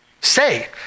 say